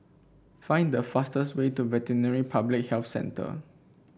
find the fastest way to Veterinary Public Health Centre